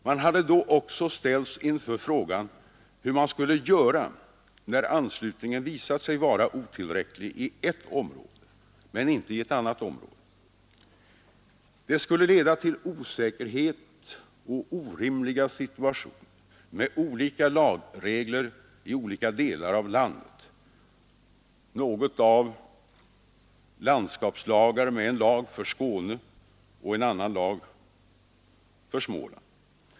Man hade då också ställts inför frågan hur man skulle göra när anslutningen visat sig vara otillräcklig i ett område men inte i ett annat område. Det skulle leda till osäkerhet och orimliga situationer med olika lagregler i olika delar av landet — något av landskapslagar med en lag för Skåne och en annan lag för Småland.